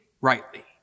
rightly